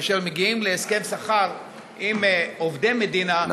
כאשר מגיעים להסכם שכר עם עובדי מדינה,